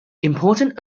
important